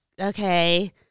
okay